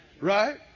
Right